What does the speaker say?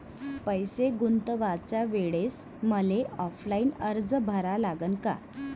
पैसे गुंतवाच्या वेळेसं मले ऑफलाईन अर्ज भरा लागन का?